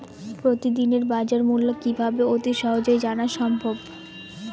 প্রতিদিনের বাজারমূল্য কিভাবে অতি সহজেই জানা সম্ভব?